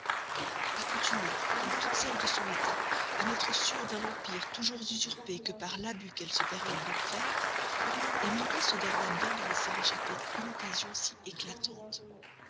accoutumée comme toutes celles de son état à n'être sûre d'un empire toujours usurpé que par l'abus qu'elles se permettent d'en faire emilie se garda bien d'en laisser échapper une occasion si éclatante